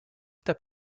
tap